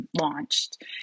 launched